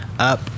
Up